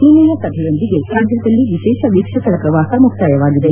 ನಿನ್ನೆಯ ಸಭೆಯೊಂದಿಗೆ ರಾಜ್ಲದಲ್ಲಿ ವಿಶೇಷ ವೀಕ್ಷಕರ ಪ್ರವಾಸ ಮುಕ್ತಾಯವಾಗಿದೆ